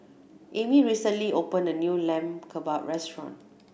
Amy recently open a new Lamb Kebab restaurant